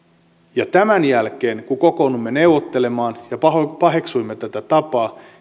tämän jälkeen kun kokoonnuimme neuvottelemaan ja paheksuimme tätä tapaa